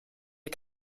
die